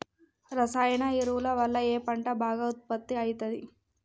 రసాయన ఎరువుల వల్ల ఏ పంట బాగా ఉత్పత్తి అయితది?